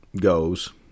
goes